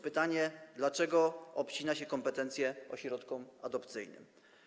Pytanie: Dlaczego obcina się kompetencje ośrodkom adopcyjnym?